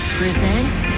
presents